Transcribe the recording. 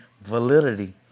validity